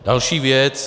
Další věc.